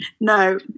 no